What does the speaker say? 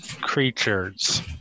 creatures